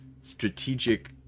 strategic